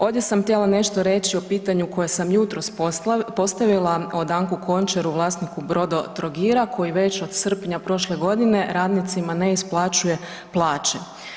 Ovdje sam htjela nešto reći o pitanju koje sam jutros postavila o Danku Končaru vlasniku Brodotrogira koji već od srpnja prošle godine radnicima ne isplaćuje plaće.